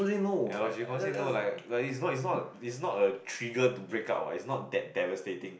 ya lor she confirm say no like like it's not it's not it's not a trigger to break up what it's not that devastating